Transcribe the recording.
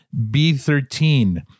B13